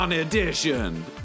Edition